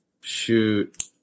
shoot